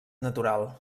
natural